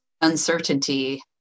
uncertainty